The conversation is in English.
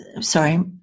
sorry